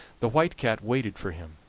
the white cat waited for him.